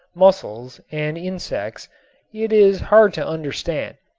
mussels and insects it is hard to understand.